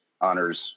honors